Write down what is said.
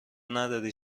نداری